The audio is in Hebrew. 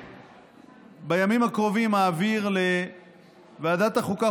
ובימים הקרובים אעביר לוועדת החוקה,